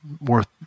worth